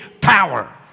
power